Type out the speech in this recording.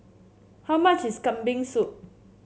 how much is Kambing Soup